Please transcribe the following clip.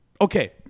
okay